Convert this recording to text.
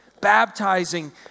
baptizing